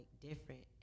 different